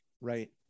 right